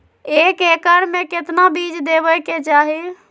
एक एकड़ मे केतना बीज देवे के चाहि?